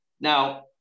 Now